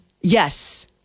Yes